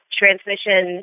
transmission